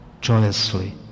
joyously